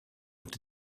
ont